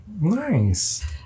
Nice